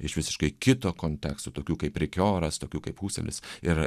iš visiškai kito konteksto tokių kaip rikioras tokių kaip huselis ir